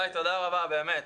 איתי, תודה רבה באמת.